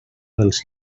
dels